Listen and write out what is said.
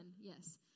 Yes